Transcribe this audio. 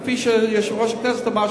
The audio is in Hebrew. כפי שיושב-ראש הכנסת אמר,